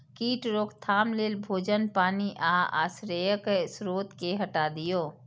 कीट रोकथाम लेल भोजन, पानि आ आश्रयक स्रोत कें हटा दियौ